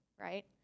right